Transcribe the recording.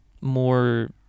more